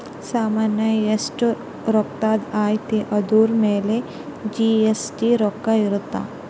ಸಾಮನ್ ಎಸ್ಟ ರೊಕ್ಕಧ್ ಅಯ್ತಿ ಅದುರ್ ಮೇಲೆ ಜಿ.ಎಸ್.ಟಿ ರೊಕ್ಕ ಇರುತ್ತ